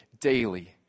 daily